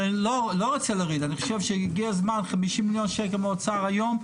אני חושב שהגיע הזמן ש-50 מיליון שקלים מהאוצר היום,